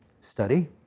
study